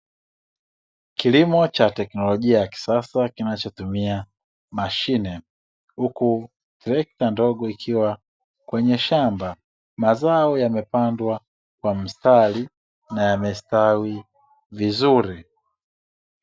Kilimo cha teknolojia ya kisasa kinachotumia mashine, huku trekta ndogo ikiwa kwenye shamba. Mazao yamepandwa kwa mstari na yamestawi vizuri.